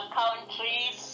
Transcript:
countries